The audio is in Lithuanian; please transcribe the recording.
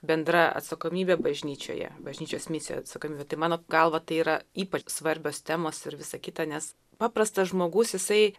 bendra atsakomybe bažnyčioje bažnyčios misijoje atsakomybe tai mano galva tai yra ypač svarbios temos ir visa kita nes paprastas žmogus jisai